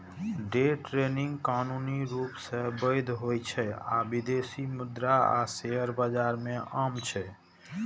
day trading कानूनी रूप सं वैध होइ छै आ विदेशी मुद्रा आ शेयर बाजार मे आम छै